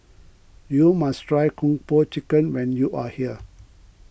you must try Kung Po Chicken when you are here